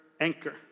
anchor